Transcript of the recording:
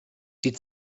die